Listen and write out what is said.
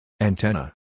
Antenna